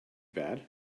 bad